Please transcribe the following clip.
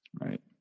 Right